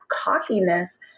cockiness